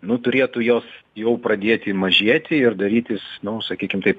nu turėtų jos jau pradėti mažėti ir darytis nu sakykim taip